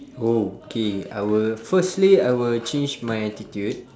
oh K I will firstly I will change my attitude